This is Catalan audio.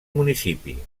municipi